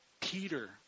Peter